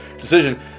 decision